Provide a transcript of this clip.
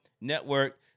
network